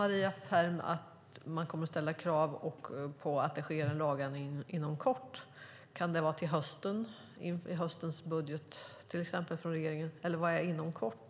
Maria Ferm säger att man kommer att ställa krav på att det sker en lagändring inom kort. Kan det vara till hösten, till exempel i höstens budget från regeringen, eller vad är inom kort?